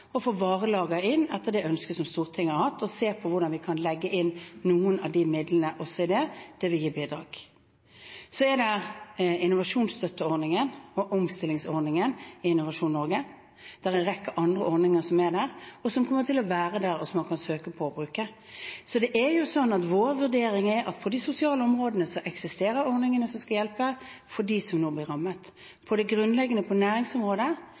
å få varelager inn der, etter det ønsket som Stortinget har hatt, og ser på hvordan vi kan legge inn noen av de midlene også i det, og det vil gi et bidrag. Så er det innovasjonsstøtteordningen og omstillingsordningen i Innovasjon Norge. Det er en rekke andre ordninger som er der, og som kommer til å være der, og som man kan søke på og bruke. Så vår vurdering er at på de sosiale områdene eksisterer ordningene som skal hjelpe dem som nå blir rammet. På det grunnleggende, på næringsområdet,